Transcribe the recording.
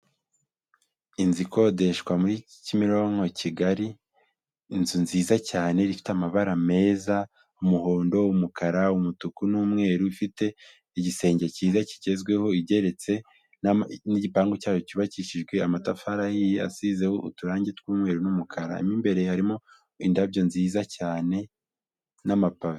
Inzu ikodeshwa muri Kimironko i Kigali, inzu nziza cyane ifite amabara meza: umuhondo, umukara, umutuku n'umweru. Ifite igisenge cyiza kigezweho, igereretse n'igipangu cyayo cyubakishijwe amatafari ahiye asizeho uturangi tw'umweru n'umukara. Imbere harimo indabyo nziza cyane n'amapave.